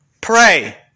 Pray